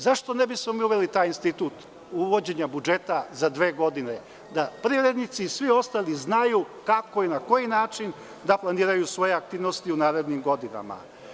Zašto ne bismo mi uveli taj institut uvođen budžeta za dve godine, da privrednici i svi ostali znaju kako i na koji način da planiraju svoje aktivnosti u narednim godinama.